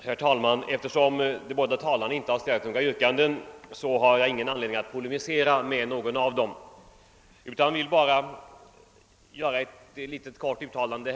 Herr talman! Eftersom de båda föregående talarna inte ställt några yrkanden, har jag ingen anledning att polemisera med någon av dem utan vill bara göra ett kort uttalande.